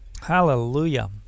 Hallelujah